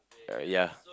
uh ya